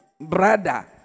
brother